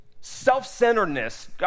self-centeredness